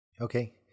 Okay